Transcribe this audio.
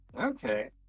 Okay